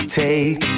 take